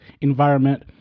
environment